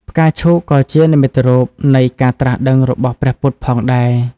ផ្កាឈូកក៏ជានិមិត្តរូបនៃការត្រាស់ដឹងរបស់ព្រះពុទ្ធផងដែរ។